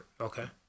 Okay